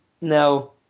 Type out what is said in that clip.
no